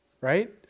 right